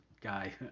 guy